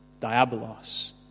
Diabolos